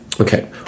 Okay